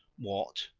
what?